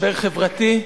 משבר חברתי,